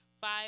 five